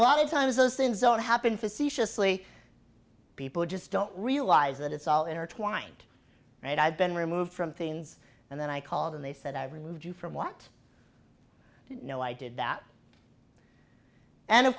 lot of times those things don't happen facetiously people just don't realize that it's all intertwined right i've been removed from things and then i called and they said i removed you from want to know i did that and of